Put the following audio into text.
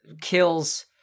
kills